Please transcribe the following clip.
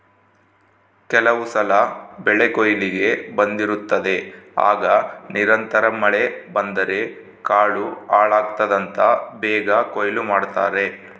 ಕೆಲವುಸಲ ಬೆಳೆಕೊಯ್ಲಿಗೆ ಬಂದಿರುತ್ತದೆ ಆಗ ನಿರಂತರ ಮಳೆ ಬಂದರೆ ಕಾಳು ಹಾಳಾಗ್ತದಂತ ಬೇಗ ಕೊಯ್ಲು ಮಾಡ್ತಾರೆ